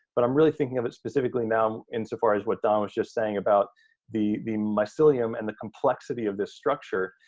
but i'm really thinking of it specifically now in so far as what don was just saying about the the mycelium and the complexity of this structure.